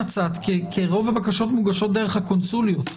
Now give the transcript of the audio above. רוב הבקשות מוגשות דרך הקונסוליות.